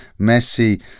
Messi